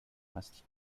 must